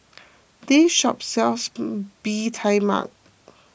this shop sells Bee Tai Mak